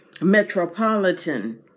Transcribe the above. metropolitan